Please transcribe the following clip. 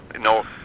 No